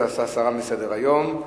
הסרה מסדר-היום.